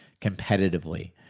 competitively